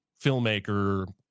filmmaker